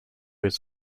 his